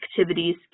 activities